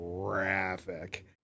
graphic